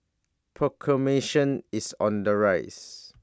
is on the rise